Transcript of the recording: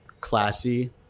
classy